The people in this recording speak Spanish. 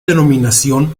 denominación